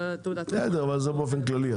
זה באופן כללי.